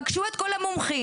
פגשו את כל המומחים,